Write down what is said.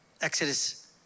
Exodus